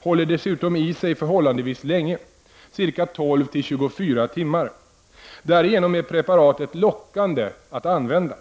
håller dessutom i sig förhållandevis länge, ca 12 24 timmar. Därigenom är preparatet lockande att använda.